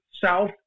South